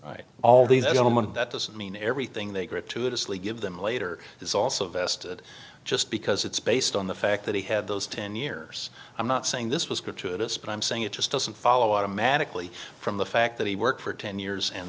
vested all the government that doesn't mean everything they gratuitously give them later is also vested just because it's based on the fact that he had those ten years i'm not saying this was gratuitous but i'm saying it just doesn't follow automatically from the fact that he worked for ten